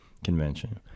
Convention